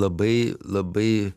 labai labai